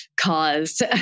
caused